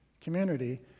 community